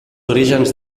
orígens